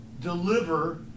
deliver